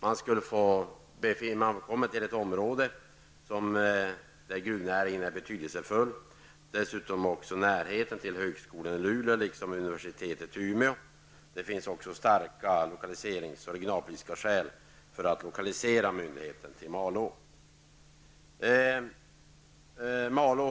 Man kommer till ett område där gruvnäringen är betydelsefull. Dessutom är det nära till högskolan i Luleå liksom till universitetet i Umeå. Det finns också starka lokaliserings och regionalpolitiska skäl för att lokalisera myndigheten till Malå.